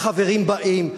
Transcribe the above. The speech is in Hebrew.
החברים באים,